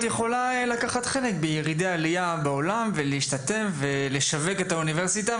את יכולה לקחת חלק בירידה עלייה בעולם ולשווק את האוניברסיטה.